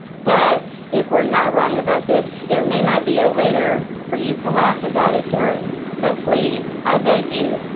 but if we're not wrong about this, there may not be a later for you to laugh about it during. so please, i beg you,